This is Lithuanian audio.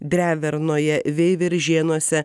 drevernoje veiviržėnuose